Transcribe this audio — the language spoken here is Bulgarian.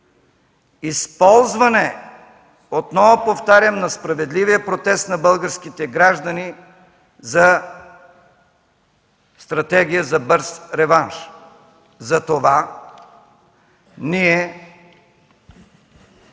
използване, отново повтарям, на справедливия протест на българските граждани за стратегия за бърз реванш. Затова ние